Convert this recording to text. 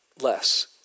less